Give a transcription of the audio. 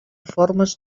formes